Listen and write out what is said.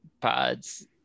pods